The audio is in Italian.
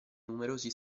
numerosi